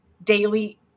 daily